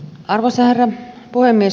arvoisa herra puhemies